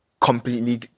completely